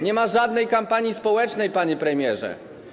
Nie ma żadnej kampanii społecznej, panie premierze.